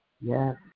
Yes